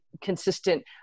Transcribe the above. consistent